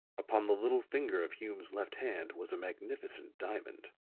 upon the little finger of hume's left hand was a magnificent diamond.